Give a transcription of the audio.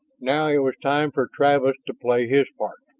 now it was time for travis to play his part.